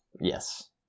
Yes